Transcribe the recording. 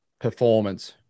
performance